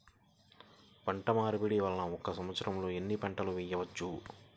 పంటమార్పిడి వలన ఒక్క సంవత్సరంలో ఎన్ని పంటలు వేయవచ్చు?